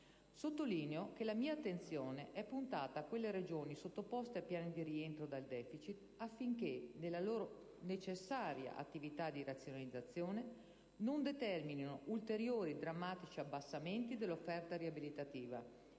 Sottolineo che la mia attenzione è puntata a quelle Regioni sottoposte a piani di rientro dal deficit affinché, nella loro necessaria attività di razionalizzazione, non determino ulteriori drammatici abbassamenti dell'offerta riabilitativa